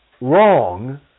wrong